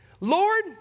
Lord